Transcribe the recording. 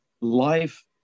life